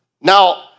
Now